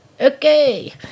okay